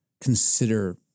consider